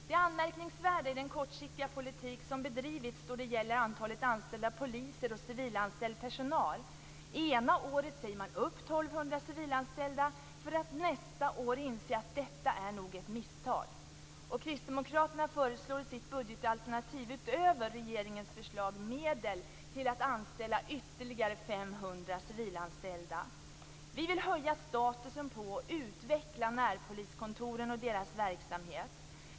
Det anmärkningsvärda är den kortsiktiga politik som bedrivits då det gäller antalet anställda poliser och civilanställd personal. Ena året säger man upp 1 200 civilanställda, för att nästa år inse att detta nog var ett misstag. Kristdemokraterna föreslår i sitt budgetalternativ, utöver regeringens förslag, medel till att anställa ytterligare 500 civilanställda. Vi vill höja statusen på och utveckla närpoliskontoren och deras verksamhet.